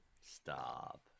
Stop